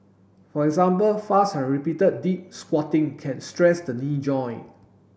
for example fast and repeated deep squatting can stress the knee joint